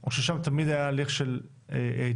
או ששם תמיד הליך של התאזרחות